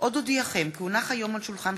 איתן כבל,